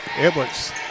Edwards